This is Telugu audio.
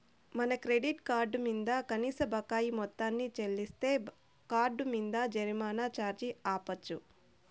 మన క్రెడిట్ కార్డు మింద కనీస బకాయి మొత్తాన్ని చెల్లిస్తే కార్డ్ మింద జరిమానా ఛార్జీ ఆపచ్చు